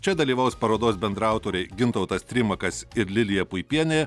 čia dalyvaus parodos bendraautoriai gintautas trimakas ir lilija puipienė